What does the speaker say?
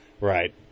Right